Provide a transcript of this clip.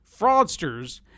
fraudsters